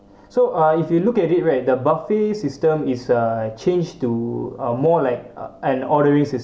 so uh if you looked at it right the buffet system is uh change to a more like a an ordering system